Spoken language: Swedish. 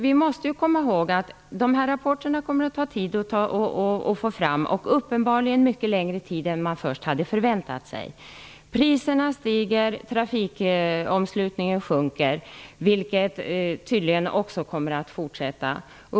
Vi måste komma ihåg att det kommer att ta tid att få fram rapporterna, och uppenbarligen mycket längre tid än man hade förväntat sig. Priserna stiger och trafikomslutningen sjunker, vilket tydligen också kommer att fortsätta.